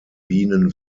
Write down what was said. bienen